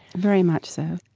very much so.